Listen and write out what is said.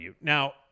now